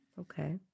Okay